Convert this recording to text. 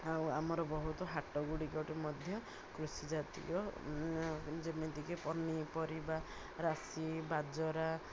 ଆଉ ଆମର ବହୁତ ହାଟଗୁଡ଼ିକ ମଧ୍ୟ କୃଷି ଜାାତୀୟ ଯେମିତିକି ପନିପରିବା ରାଶି ବାଜରା